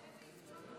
תשאלי